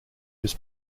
was